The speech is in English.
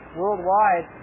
worldwide